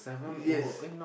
yes